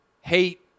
hate